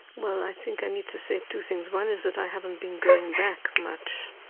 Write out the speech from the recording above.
well, i think i need to say two things. one is that i haven't been going back much,